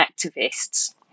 activists